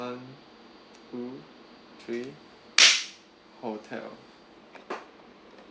one two three hotel